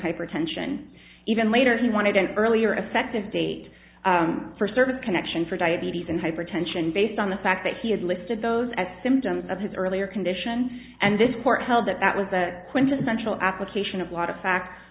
hypertension even later he wanted an earlier effective date for service connection for diabetes and hypertension based on the fact that he had listed those at symptoms of his earlier condition and this court held that that was the quintessential application of lot of facts